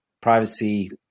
privacy